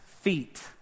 feet